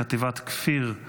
מחטיבת כפיר,